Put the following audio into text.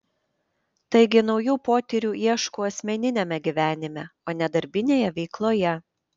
taigi naujų potyrių ieškau asmeniniame gyvenime o ne darbinėje veikloje